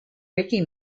ricky